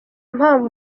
mpamvu